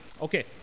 okay